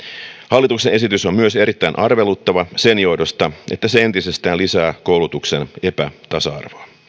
hallituksen esitys on erittäin arveluttava myös sen johdosta että se entisestään lisää koulutuksen epätasa arvoa